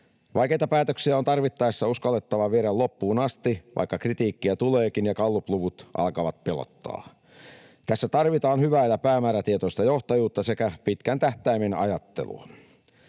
Vaikeita päätöksiä on tarvittaessa uskallettava viedä loppuun asti, vaikka kritiikkiä tuleekin ja gallupluvut alkavat pelottaa. Tässä tarvitaan hyvää ja päämäärätietoista johtajuutta sekä pitkän tähtäimen ajattelua.